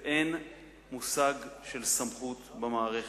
ואין מושג של סמכות במערכת.